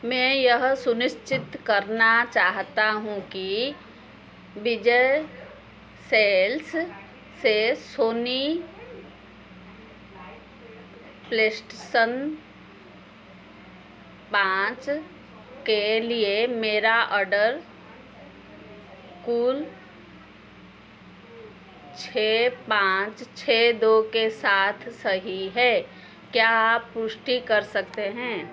मैं यह सुनिश्चित करना चाहता हूँ कि बिजय सेल्स से सोनी प्लेस्टेशन पाँच के लिए मेरा ऑर्डर कुल छह पाँच छह दो के साथ सही है क्या आप पुष्टि कर सकते हैं